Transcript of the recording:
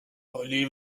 oli